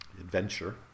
adventure